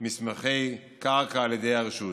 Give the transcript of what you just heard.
מסמכי קרקע על ידי הרשות,